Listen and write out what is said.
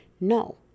No